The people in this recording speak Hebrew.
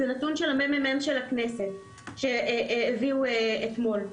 זה נתון של הממ"מ של הכנסת שהביאו אתמול.